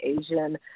Asian